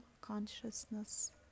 consciousness